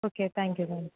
okay thank you thank you